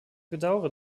bedaure